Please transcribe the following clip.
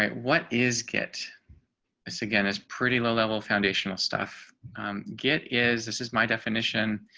ah what is get this again is pretty low level foundational stuff get is this is my definition,